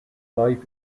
life